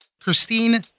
Christine